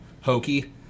hokey